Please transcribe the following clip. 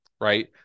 right